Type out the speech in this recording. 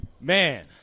Man